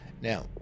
now